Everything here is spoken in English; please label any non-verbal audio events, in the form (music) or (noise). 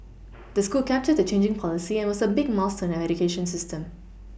(noise) the school captured the changing policy and it was a big milestone in our education system